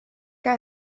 que